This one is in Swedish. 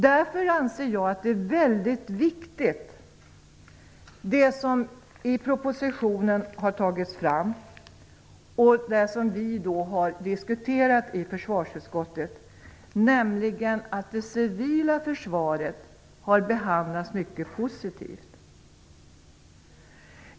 Därför anser jag att det som har tagits fram i propositionen är mycket viktigt. Det har vi diskuterat i försvarsutskottet. Det civila försvaret har behandlats mycket positivt.